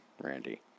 Randy